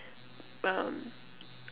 um